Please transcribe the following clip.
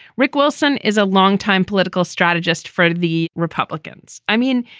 rick wilson is a longtime political strategist for the republicans. i mean,